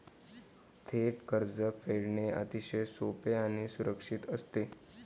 थेट कर्ज फेडणे अतिशय सोपे आणि सुरक्षित असते